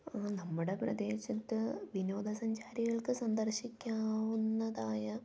നമ്മുടെ പ്രദേശത്ത് വിനോദ സഞ്ചാരികൾക്കു സന്ദർശിക്കാവുന്നതായ